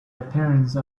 appearance